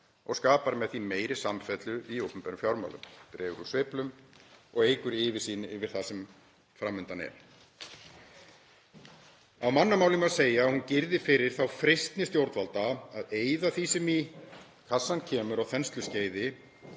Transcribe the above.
og skapar með því meiri samfellu í opinberum fjármálum, dregur úr sveiflum og eykur yfirsýn yfir það sem fram undan er. Á mannamáli má segja að hún girði fyrir þá freistni stjórnvalda að eyða því sem í kassann kemur á þensluskeiði